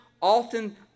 often